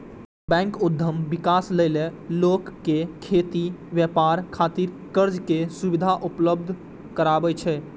bank उद्यम विकास लेल लोक कें खेती, व्यापार खातिर कर्ज के सुविधा उपलब्ध करबै छै